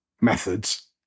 methods